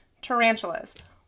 tarantulas